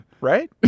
right